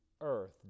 EARTH